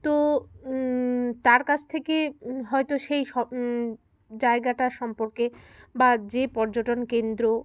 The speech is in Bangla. তো তার কাছ থেকে হয়তো সেই সব জায়গাটা সম্পর্কে বা যে পর্যটন কেন্দ্র